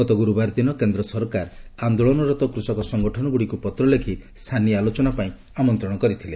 ଗତ ଗୁରୁବାର ଦିନ କେନ୍ଦ୍ର ସରକାର ଆନ୍ଦୋଳନରତ କୃଷକ ସଙ୍ଗଠନଗୁଡ଼ିକୁ ପତ୍ର ଲେଖି ସାନି ଆଲୋଚନା ପାଇଁ ଆମନ୍ତ୍ରଣ କରିଥିଲେ